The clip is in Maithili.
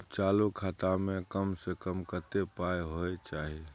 चालू खाता में कम से कम कत्ते पाई होय चाही?